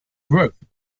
growth